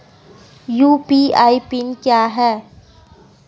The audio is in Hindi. यू.पी.आई पिन क्या है?